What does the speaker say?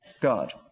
God